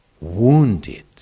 wounded